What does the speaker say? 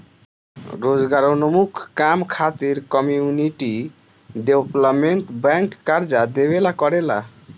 रोजगारोन्मुख काम खातिर कम्युनिटी डेवलपमेंट बैंक कर्जा देवेला करेला